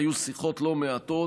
היו שיחות לא מעטות.